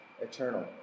eternal